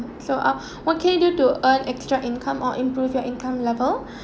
so uh what can you do to earn extra income or improve your income level